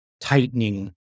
tightening